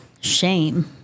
shame